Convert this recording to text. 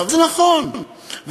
וזה נכון,